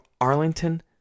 Arlington